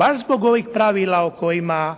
baš zbog ovih pravila o kojima